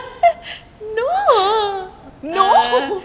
no oh